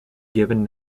given